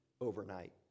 overnight